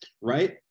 right